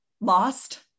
Lost